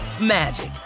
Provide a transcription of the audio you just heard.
magic